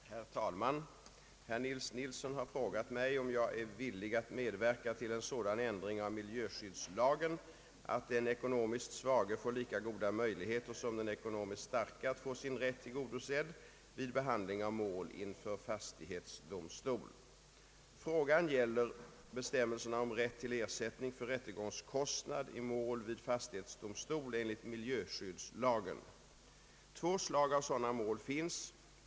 Herr talman! Herr Nils Nilsson har frågat mig, om jag är villig att medverka till en sådan ändring av miljöskyddslagen att den ekonomiskt svage får lika goda möjligheter som den ekonomiskt starke att få sin rätt tillgodosedd vid behandling av mål inför fastighetsdomstol. Frågan gäller bestämmelserna om rätt till ersättning för rättegångskostnad i mål vid fastighetsdomstol enligt miljöskyddslagen. Två slag av sådana mål finns.